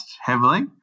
heavily